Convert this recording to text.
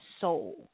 soul